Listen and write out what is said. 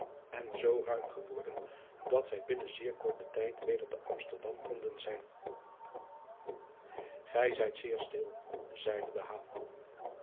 en zoo ruim geworden dat zij binnen zeer korten tijd weder te msterdam konden zijn ij zijt zeer stil zeide